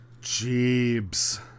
Jeebs